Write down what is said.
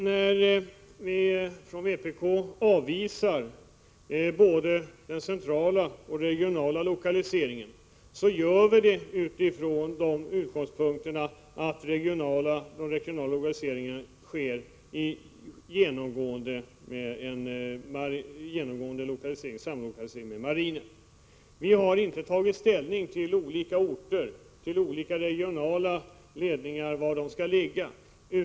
När vi från vpk avvisar både den centrala och den regionala lokaliseringen, gör vi det utifrån den utgångspunkten att den regionala lokaliseringen genomgående sker i form av samlokalisering med marinen. Vi har inte tagit ställning till var olika regionala ledningar skall ligga.